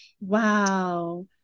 Wow